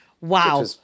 Wow